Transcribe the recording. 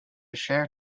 share